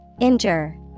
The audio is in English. Injure